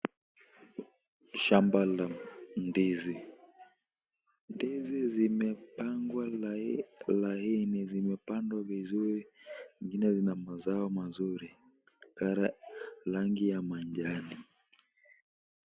Shamba la ndizi, ndizi zimepangwa laini, zimepangwa vizuri, ingine zina mazao mazuri kama rangi ya manjani.